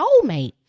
soulmate